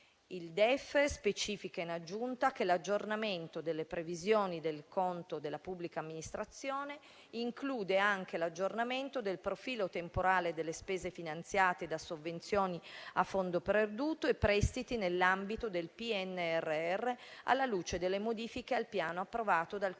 Il DEF specifica, in aggiunta, che l'aggiornamento delle previsioni del conto della pubblica amministrazione include anche l'aggiornamento del profilo temporale delle spese finanziate da sovvenzioni a fondo perduto e prestiti nell'ambito del PNRR, alla luce delle modifiche al Piano, approvato dal Consiglio